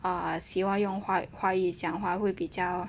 额喜欢用华语讲话会比较